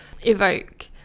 evoke